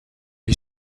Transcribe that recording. est